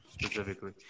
specifically